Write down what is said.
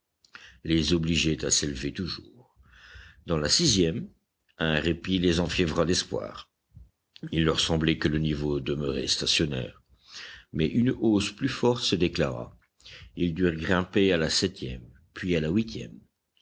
les obligeait à s'élever toujours dans la sixième un répit les enfiévra d'espoir il leur semblait que le niveau demeurait stationnaire mais une hausse plus forte se déclara ils durent grimper à la septième puis à la huitième